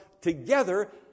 together